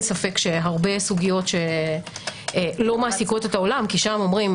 ספק שהרבה סוגיות שלא מעסיקות את העולם כי שם אומרים: